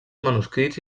manuscrits